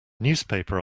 newspaper